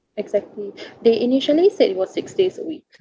exactly they initially said it was six days a week